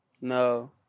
No